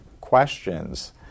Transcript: questions